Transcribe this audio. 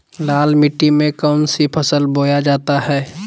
लाल मिट्टी में कौन सी फसल बोया जाता हैं?